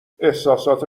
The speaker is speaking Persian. احساسات